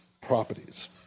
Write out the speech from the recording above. properties